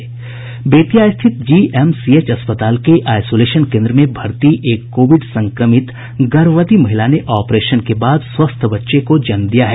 बेतिया स्थित जीएमसीएच अस्पताल के आईसोलेशन केन्द्र में भर्ती एक कोविड संक्रमित गर्भवती महिला ने ऑपरेशन के बाद स्वस्थ बच्चे का जन्म दिया है